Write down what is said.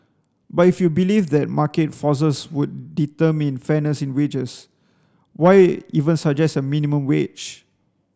but if you believe that market forces would determine fairness in wages why even suggest a minimum wage